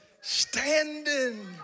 standing